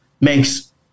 makes